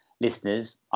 listeners